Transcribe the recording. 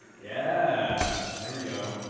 yeah. there we go.